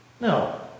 No